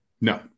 No